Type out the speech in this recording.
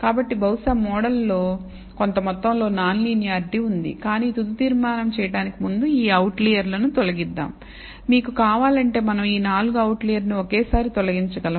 కాబట్టి బహుశా మోడల్లో కొంత మొత్తంలో నాన్ లీనియారిటీ ఉంది కాని తుది తీర్మానం చేయడానికి ముందు ఈ అవుట్లర్లను తొలగిద్దాం మీకు కావాలంటే మనం ఈ 4 అవుట్లర్లను ఒకేసారి తొలగించగలము